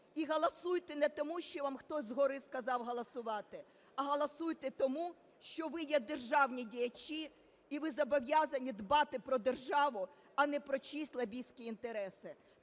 і голосуйте не тому, що вам хтось згори сказав голосувати, а голосуйте тому, що ви є державні діячі, і ви зобов'язані дбати про державу, а не про чиїсь лобістські інтереси.